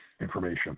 information